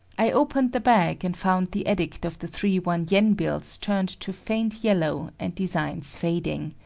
i opened the bag and found the edict of the three one-yen bills turned to faint yellow and designs fading.